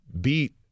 beat